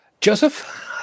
Joseph